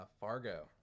fargo